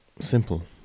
simple